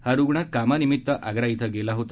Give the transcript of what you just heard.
हा रूग्ण कामानिमितं आग्रा इथं गेला होता